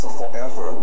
forever